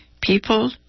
people